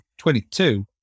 22